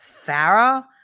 pharaoh